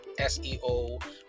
SEO